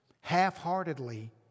half-heartedly